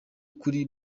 kuri